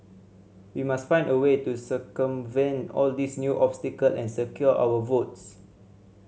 we must find a way to circumvent all these new obstacle and secure our votes